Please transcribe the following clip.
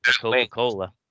Coca-Cola